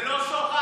זה לא שוחד?